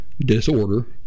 disorder